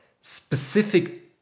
specific